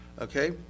okay